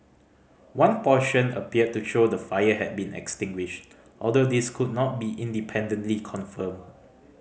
one portion appeared to show the fire had been extinguished although this could not be independently confirmed